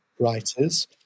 writers